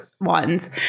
ones